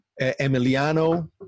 emiliano